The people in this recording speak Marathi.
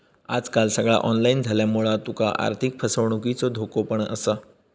आजकाल सगळा ऑनलाईन झाल्यामुळा तुका आर्थिक फसवणुकीचो धोको पण असा